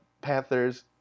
Panthers